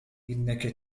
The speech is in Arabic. إنك